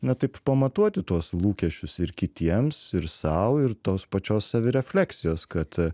na taip pamatuoti tuos lūkesčius ir kitiems ir sau ir tos pačios savirefleksijos kad